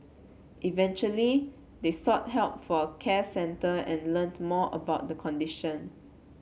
eventually they sought help for a care centre and learnt more about the condition